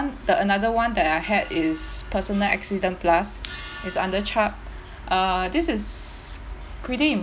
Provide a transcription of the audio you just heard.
the another one that I had is personal accident plus it's under Chubb uh this is pretty